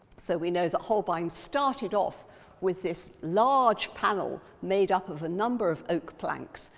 so we know that holbein started off with this large panel made up of a number of oak planks,